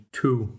two